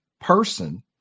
person